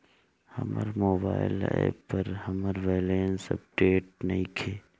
हमर mobile app पर हमर बैलेंस अपडेट नइखे